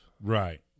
right